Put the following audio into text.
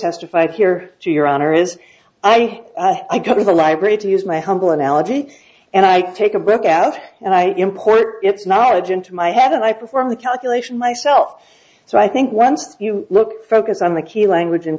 testified here to your honor is i i go to the library to use my humble analogy and i take a book out and i import it's not a gin to my head and i perform the calculation myself so i think once you look focus on the key language and